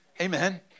Amen